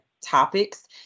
topics